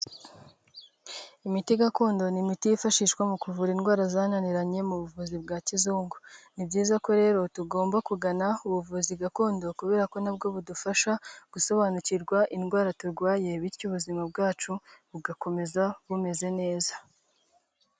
Imiti gakondo, ni imiti yifashishwa mu kuvura indwara zananiranye mu buvuzi bwa kizungu, ni byiza ko rero tugomba kugana ubuvuzi gakondo kubera ko na bwo budufasha, gusobanukirwa indwara turwaye bityo ubuzima bwacu bugakomeza bumeze neza.